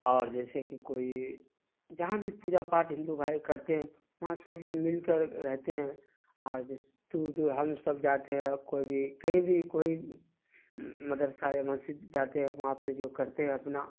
اور جیسے کہ کوئی جہاں بھی پوجا پاٹھ ہندو بھائی کرتے ہیں وہاں سب مل کر رہتے ہیں اور جس دور دور ہم سب جاتے ہیں کوئی بھی کہیں بھی کوئی مدرسہ یا مسجد جاتے ہیں وہاں پہ جو کرتے ہیں اپنا